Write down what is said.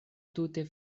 tute